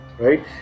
Right